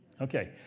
Okay